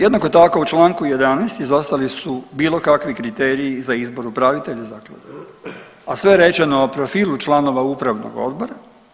Jednako tako u članku 11. izostali su bilo kakvi kriteriji za izbor upravitelja zaklade, a sve je rečeno u profilu članova Upravnog odbora.